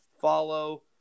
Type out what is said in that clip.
follow